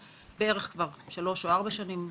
בערך כבר שלוש או ארבע שנים,